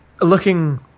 looking